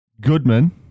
Goodman